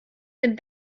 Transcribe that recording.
dem